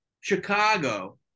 Chicago